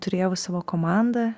turėjau savo komandą